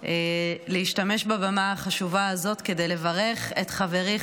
להשתמש בבמה החשובה הזאת כדי לברך את חברי,